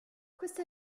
questa